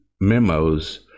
memos